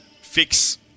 fix